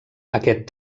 aquest